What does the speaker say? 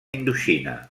indoxina